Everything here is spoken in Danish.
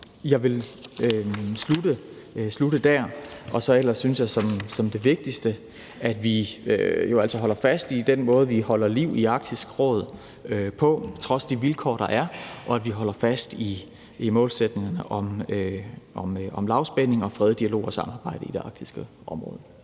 Jeg vil slutte dér. Ellers synes jeg, at det vigtigste er, at vi holder fast i den måde, vi holder liv i Arktisk Råd på, til trods for de vilkår, der er, og at vi holder fast i målsætningerne om lavspænding, fred, dialog og samarbejde i det arktiske område.